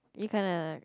you kinda like